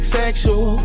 sexual